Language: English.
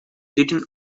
sitting